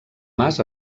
mas